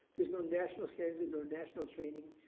there's no national standard, no national training,